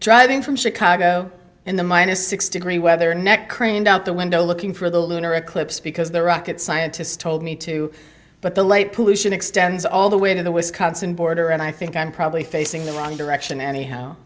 driving from chicago in the minus six degree weather neck craned out the window looking for the lunar eclipse because the rocket scientists told me to but the light pollution extends all the way to the wisconsin border and i think i'm probably facing the wrong direction anyhow